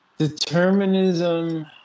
Determinism